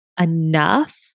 enough